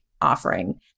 offering